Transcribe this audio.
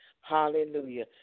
Hallelujah